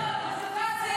למה אתם --- מניפולציה.